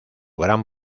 gran